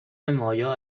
مایا